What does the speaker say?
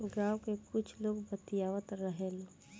गाँव के कुछ लोग बतियावत रहेलो